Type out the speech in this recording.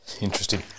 Interesting